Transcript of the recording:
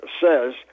says